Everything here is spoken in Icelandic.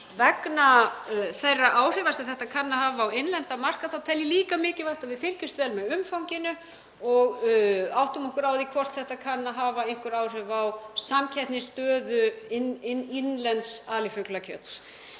Vegna þeirra áhrifa sem þetta kann að hafa á innlendan markað þá tel ég líka mikilvægt að við fylgjumst vel með umfanginu og áttum okkur á því hvort þetta kunni að hafa einhver áhrif á samkeppnisstöðu innlends alifuglakjöts.